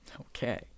Okay